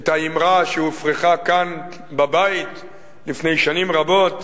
את האמרה שהופרחה כאן בבית לפני שנים רבות,